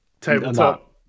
tabletop